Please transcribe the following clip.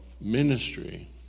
ministry